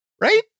right